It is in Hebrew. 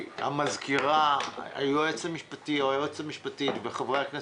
מנהלת הוועדה, היועצת המשפטית, חברי הוועדה,